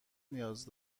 نیاز